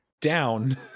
down